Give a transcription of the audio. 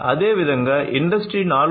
అదేవిధంగా ఇండస్ట్రీ 4